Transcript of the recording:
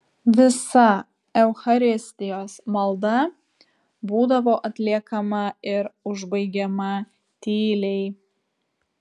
visa eucharistijos malda būdavo atliekama ir užbaigiama tyliai